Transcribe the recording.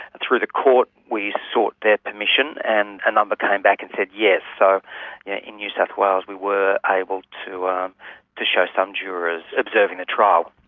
through the court, we sought their permission and a number came back and said yes. yes. so yeah in new south wales we were able to um to show some jurors observing the trial.